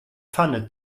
pfanne